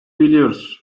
biliyoruz